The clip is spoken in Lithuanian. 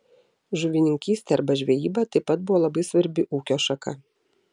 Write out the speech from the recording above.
žuvininkystė arba žvejyba taip pat buvo labai svarbi ūkio šaka